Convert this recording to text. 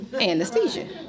anesthesia